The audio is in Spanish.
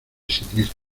siniestro